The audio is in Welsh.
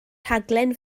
rhaglen